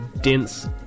dense